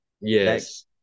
yes